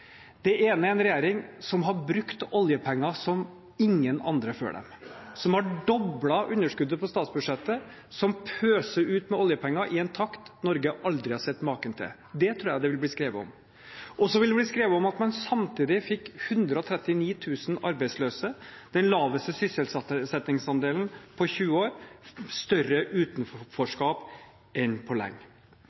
Det ene er en regjering som har brukt oljepenger som ingen andre før, som har doblet underskuddet på statsbudsjettet, og som pøser ut oljepenger i en takt Norge aldri har sett maken til. Det tror jeg det vil bli skrevet om. Og så vil det bli skrevet om at man samtidig fikk 139 000 arbeidsløse – den laveste sysselsettingsandelen på 20 år og større utenforskap enn på lenge.